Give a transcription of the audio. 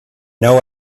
know